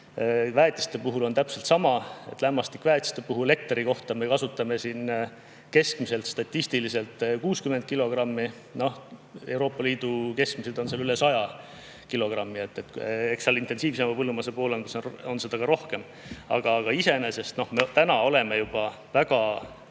Väetiste puhul on täpselt samamoodi. Lämmastikväetiste puhul hektari kohta me kasutame keskmiselt statistiliselt 60 kilogrammi. Euroopa Liidu keskmised on üle 100 kilogrammi, eks seal intensiivsema põllumajanduse puhul on seda ka rohkem. Aga iseenesest me oleme juba väga